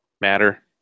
matter